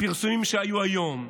הפרסומים שהיו היום,